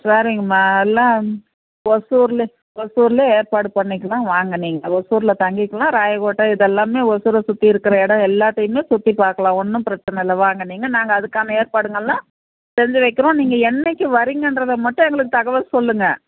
வேறு இங்கேம்மா எல்லாம் ஒசூரில் ஒசூரிலே ஏற்பாடு பண்ணிக்கலாம் வாங்க நீங்கள் ஒசூரில் தங்கிக்கலாம் ராயகோட்டை இதெல்லாமே ஒசூரை சுற்றி இருக்கிற இடம் எல்லாத்தையுமே சுற்றிப் பார்க்கலாம் ஒன்றும் பிரச்சின இல்லை வாங்க நீங்கள் நாங்கள் அதுக்கான ஏற்பாடுங்கெல்லாம் செஞ்சு வைக்கிறோம் நீங்கள் என்றைக்கி வர்றீங்கங்றத மட்டும் எங்களுக்கு தகவல் சொல்லுங்க